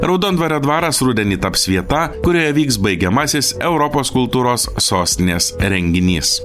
raudondvario dvaras rudenį taps vieta kurioje vyks baigiamasis europos kultūros sostinės renginys